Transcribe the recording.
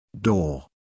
Door